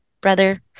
brother